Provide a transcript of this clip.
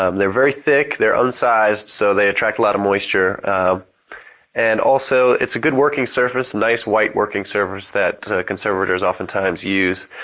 um they are very thick, they are unsized so they attract a lot of moisture and also it's a good working surface, nice white working surface that conservers often times use.